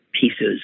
pieces